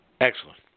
excellent